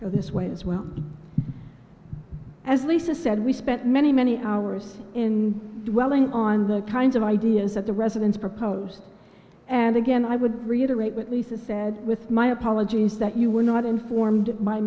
go this way as well as lisa said we spent many many hours in dwelling on the kinds of ideas at the residence proposed and again i would reiterate what lisa said with my apologies that you were not informed by